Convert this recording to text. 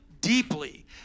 deeply